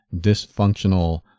dysfunctional